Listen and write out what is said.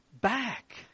back